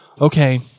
Okay